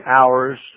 hours